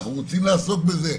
אנחנו רוצים לעסוק בזה,